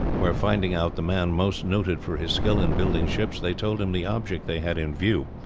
where finding out the man most noted for his skill in building ships, they told him the object they had in view,